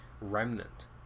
remnant